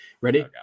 Ready